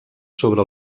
sobre